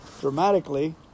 dramatically